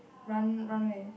run run where